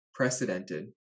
precedented